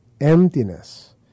emptiness